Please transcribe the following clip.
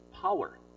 power